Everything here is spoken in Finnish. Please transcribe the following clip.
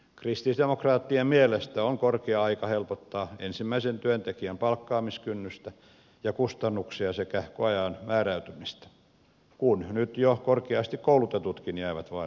kristillisdemokraattien mielestä on korkea aika helpottaa ensimmäisen työntekijän palkkaamiskynnystä ja kustannuksia sekä koeajan määräytymistä kun nyt jo korkeasti koulutetutkin jäävät vaille työpaikkaa